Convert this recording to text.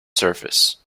surface